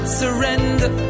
surrender